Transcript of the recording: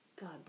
God